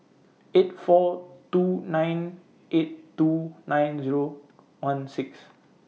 eight four two nine eight two nine Zero one six